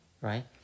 Right